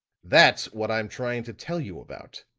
that's what i'm trying to tell you about.